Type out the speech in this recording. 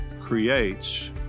creates